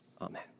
amen